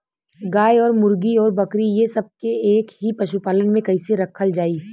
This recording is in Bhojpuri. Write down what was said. गाय और मुर्गी और बकरी ये सब के एक ही पशुपालन में कइसे रखल जाई?